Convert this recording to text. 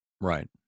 Right